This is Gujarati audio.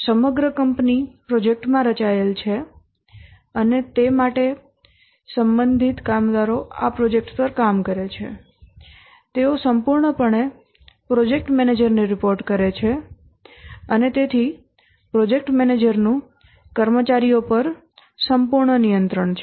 સમગ્ર કંપની પ્રોજેક્ટ માં રચાયેલ છે અને માટે સંબંધિત કામદારો આ પ્રોજેકટ્સ પર કામ કરે તેઓ સંપૂર્ણપણે પ્રોજેક્ટ મેનેજર ને રિપોર્ટ કરે અને તેથી પ્રોજેક્ટ મેનેજરનું કર્મચારીઓ પર સંપૂર્ણ નિયંત્રણ છે